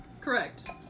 Correct